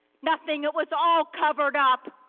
nothing. it was all covered up.